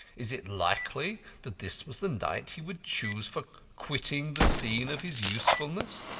is it likely that this was the night he would choose for quitting the scene of his usefulness?